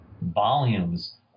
volumes